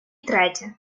третє